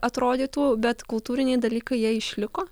atrodytų bet kultūriniai dalykai jie išliko